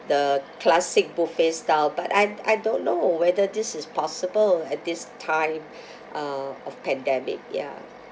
the classic buffet style but I I don't know whether this is possible at this time uh of pandemic ya